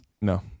No